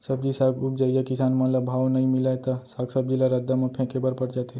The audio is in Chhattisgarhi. सब्जी साग उपजइया किसान मन ल भाव नइ मिलय त साग सब्जी ल रद्दा म फेंके बर पर जाथे